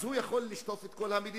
אז הוא יכול לשטוף את כל המדינה,